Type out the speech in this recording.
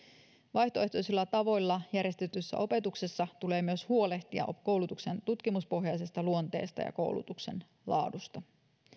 vaihtoehtoisilla tavoilla järjestetyssä opetuksessa tulee myös huolehtia koulutuksen tutkimuspohjaisesta luonteesta ja koulutuksen laadusta